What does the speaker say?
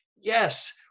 Yes